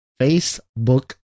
Facebook